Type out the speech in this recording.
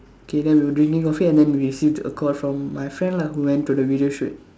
K then we were drinking coffee and then we received a call from my friend lah who went to the video shoot